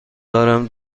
دارم